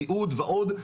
סיעוד ועוד,